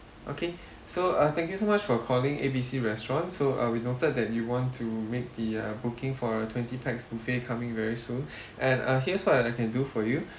okay so uh thank you so much for calling A B C restaurant so uh we noted that you want to make the uh booking for a twenty pax buffet coming very soon and here's what I can do for you